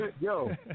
Yo